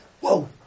Whoa